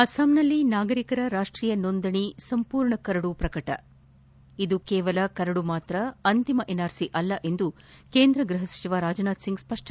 ಅಸ್ತಾಂನಲ್ಲಿ ನಾಗರಿಕರ ರಾಷ್ಟೀಯ ನೋಂದಣಿ ಸಂಪೂರ್ಣ ಕರಡು ಪ್ರಕಟ ಇದು ಕೇವಲ ಕರಡು ಮಾತ್ರ ಅಂತಿಮ ಎನ್ಆರ್ ಸಿ ಅಲ್ಲ ಎಂದು ಕೇಂದ್ರ ಗೃಹಸಚಿವ ರಾಜನಾಥ್ ಸಿಂಗ್ ಸ್ವಷ್ಷನೆ